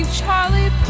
Charlie